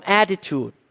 attitude